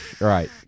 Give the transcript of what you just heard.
Right